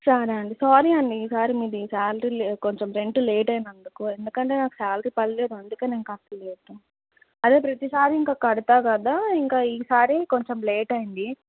సరే అండి సారీ అండి ఈసారి మీది శాలరీ కొంచెం రెంట్ లేట్ అయినందుకు ఎందుకంటే నాకు శాలరీ పడలేదు అందుకనే కాస్త లేట్ అదే ప్రతిసారి ఇంకా కడతా కదా ఇంక ఈసారి కొంచెం లేట్ అయ్యంది